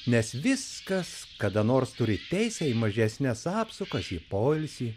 nes viskas kada nors turi teisę į mažesnes apsukas į poilsį